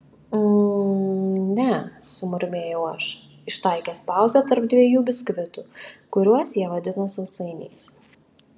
mm ne sumurmėjau aš ištaikęs pauzę tarp dviejų biskvitų kuriuos jie vadino sausainiais